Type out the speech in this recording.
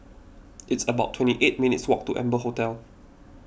it's about twenty eight minutes' walk to Amber Hotel